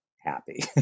happy